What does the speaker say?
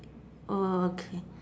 oh okay